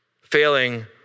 failing